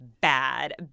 bad